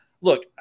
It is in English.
Look